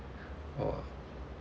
!wah!